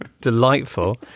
delightful